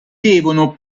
devono